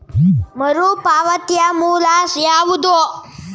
ಮರುಪಾವತಿಯ ಮೂಲ ಯಾವುದು?